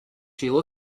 does